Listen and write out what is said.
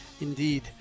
Indeed